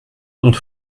und